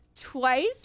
twice